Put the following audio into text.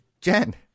Jen